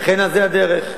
וכן, זו הדרך.